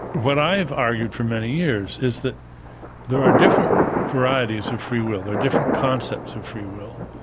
what i've argued for many years is that there are different varieties of free will there are different concepts of free will.